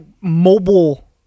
mobile